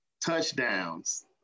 touchdowns